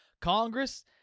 Congress